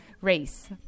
race